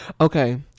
Okay